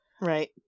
Right